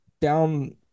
down